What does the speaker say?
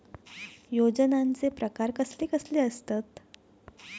योजनांचे प्रकार कसले कसले असतत?